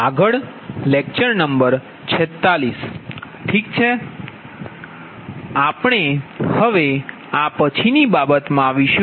ઠીક છે આપણે હવે આ પછીની બાબતમાં આવીશું